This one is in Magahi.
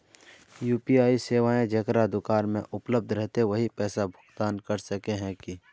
यु.पी.आई सेवाएं जेकरा दुकान में उपलब्ध रहते वही पैसा भुगतान कर सके है की?